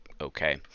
okay